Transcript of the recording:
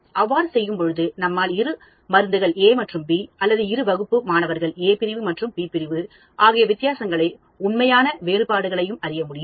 அவ்வாறு செய்யும் பொழுது நம்மால் இரு மருந்துகள் A மற்றும்B அல்லது இரு வகுப்புகள் மாணவர்கள் A பிரிவு மற்றும் B பிரிவு ஆகிய வித்தியாசங்களை உண்மையான வேறுபாடுகளை அறிய முடியும்